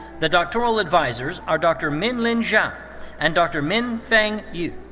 the doctoral advisers are dr. min lin jiang and dr. min-feng yu.